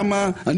בבחריין, במרוקו.